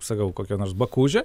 sakau kokia nors bakūžė